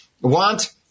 want